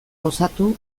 gozatu